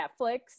Netflix